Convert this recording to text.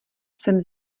sem